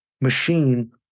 machine